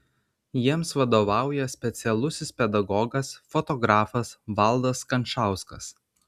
jiems vadovauja specialusis pedagogas fotografas valdas kančauskas